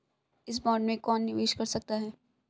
इस बॉन्ड में कौन निवेश कर सकता है?